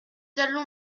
allons